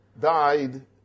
died